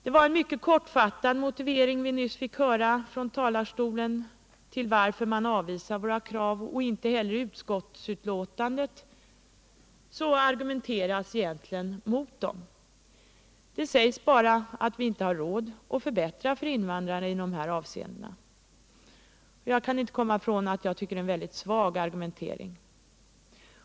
Det var en mycket kortfattad motivering till yrkandena om avslag på dessa krav som vi nyss fick höra från talarstolen. Inte heller i utskottsbetänkandet argumenteras det egentligen mot dessa krav. Det sägs bara att vi inte har råd att förbättra situationen för invandrarna i dessa avseenden. Jag kan inte komma ifrån att jag tycker att det är en mycket svag argumentering.